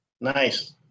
Nice